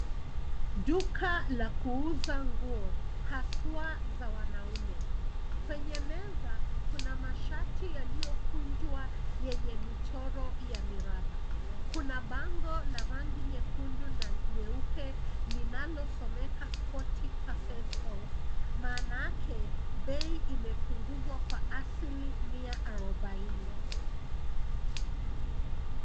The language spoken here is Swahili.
Duka la kuuza nguo haswa za wanaume. Kwenye meza kuna mashati yaliyokunjwa yenye michoro ya miraba. Kuna bango la rangi nyekundu na nyeupe linalosomeka forty percent off maana yake bei imepunguzwa kwa asilimia arubaini.